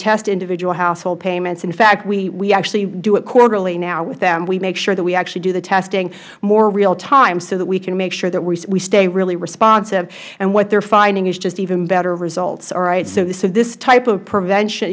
test individual household payments in fact we actually do it quarterly now with them we make sure that we actually do the testing more realtime so that we can make sure that we stay really responsive and what they are finding is just even better results all right so this type of preventi